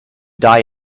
die